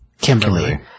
Kimberly